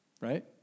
right